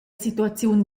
situaziun